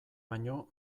baino